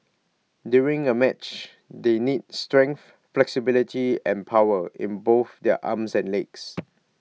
during A match they need strength flexibility and power in both their arms and legs